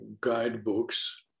guidebooks